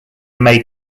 may